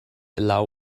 allow